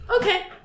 Okay